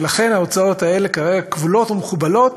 ולכן, ההוצאות האלה כבולות ומכובלות